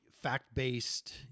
fact-based